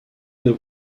deal